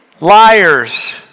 Liars